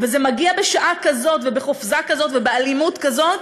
וזה מגיע בשעה כזאת ובחופזה כזאת ובאלימות כזאת.